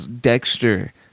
Dexter